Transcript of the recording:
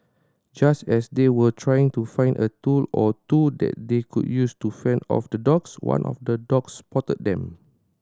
just as they were trying to find a tool or two that they could use to fend off the dogs one of the dogs spotted them